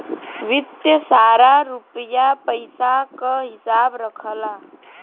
वित्त सारा रुपिया पइसा क हिसाब रखला